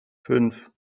fünf